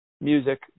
music